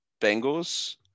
Bengals